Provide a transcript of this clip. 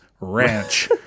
ranch